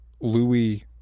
Louis